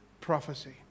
prophecy